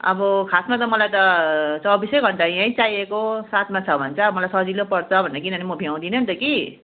अब खासमा त मलाई त चौबिसै घण्टा यहीँ चाहिएको हो साथमा छ भने चाहिँ अब मलाई सजिलो पर्छ भनेर किनभने म भ्याउँदिनँ नि त कि